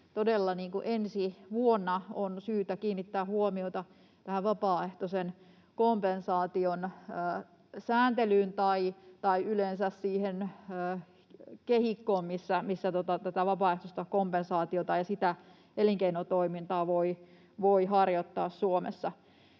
todella ensi vuonna syytä kiinnittää huomiota, tähän vapaaehtoisen kompensaation sääntelyyn tai yleensä siihen kehikkoon, missä tätä vapaaehtoista kompensaatiota ja sitä elinkeinotoimintaa voi harjoittaa Suomessa.